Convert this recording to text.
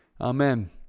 Amen